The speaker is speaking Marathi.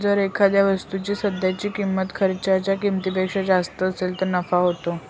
जर एखाद्या वस्तूची सध्याची किंमत खर्चाच्या किमतीपेक्षा जास्त असेल तर नफा होतो